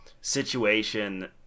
situation